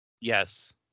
Yes